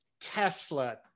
Tesla